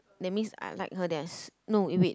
that means I like her there's no eh wait